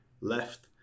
Left